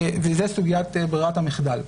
וזו סוגיית ברירת המחדל.